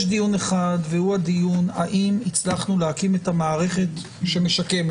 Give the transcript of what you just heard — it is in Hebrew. יש דיון אחד על האם הצלחנו להקים את המערכת המשקמת?